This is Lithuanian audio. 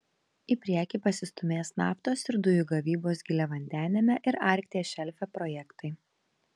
į priekį pasistūmės naftos ir dujų gavybos giliavandeniame ir arkties šelfe projektai